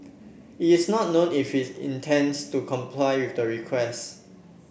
it is not known if his intends to comply with the request